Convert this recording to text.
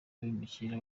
abimukira